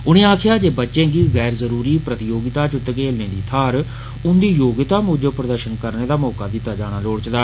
उनें आक्खेआ जे बच्चे गी गैर जरूरी प्रतियोगिता च धकेलने दी थाहर उंदी योग्यता मूजब प्रदर्षन करने दा मौका दित्ता जाना लोड़चदा